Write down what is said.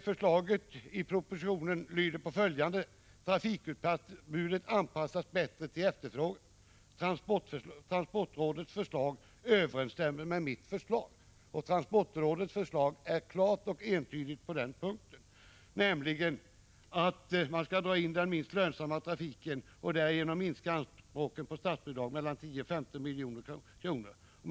Förslaget i propositionen lyder på följande sätt: ”Mitt förslag: Trafikutbudet anpassas bättre till efterfrågan. Transportrådets förslag: TPR:s förslag överensstämmer med mitt förslag.” Transportrådets förslag är klart och entydigt på den punkten: att man skall dra in den minst lönsamma trafiken och därigenom minska anspråken på statsbidrag med mellan 10 och 15 milj.kr.